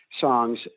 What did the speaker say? songs